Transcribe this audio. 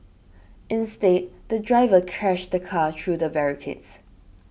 instead the driver crashed the car through the barricades